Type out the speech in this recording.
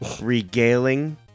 regaling